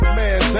man